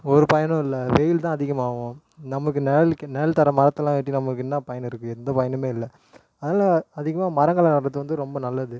ஒரு பயனும் இல்லை வெயில்தான் அதிகமாகவும் நமக்கு நிழலுக்கு நிழல் தர்ற மரத்தயெலாம் வெட்டி நமக்கு என்ன பயன் இருக்குது எந்த பயனுமே இல்லை அதனால் அதிகமாக மரங்களை நடுறது வந்து ரொம்ப நல்லது